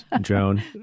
Joan